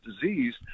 disease